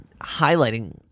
highlighting